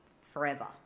forever